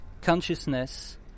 consciousness